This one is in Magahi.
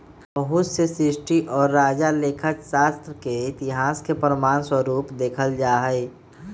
बहुत से ऋषि और राजा लेखा शास्त्र के इतिहास के प्रमाण स्वरूप देखल जाहई